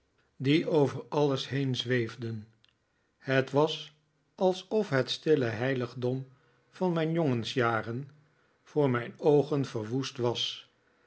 die over dat alles heenzweefden het was alsof het stille heiligdom van mijn jongensjaren voor mijn oogen verwoest was